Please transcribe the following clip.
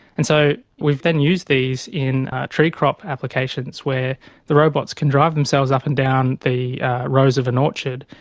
and so we've then used these in tree crop applications where the robots can drive themselves up and down the rows of an orchard,